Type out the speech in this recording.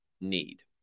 need